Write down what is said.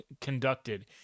conducted